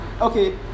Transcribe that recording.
Okay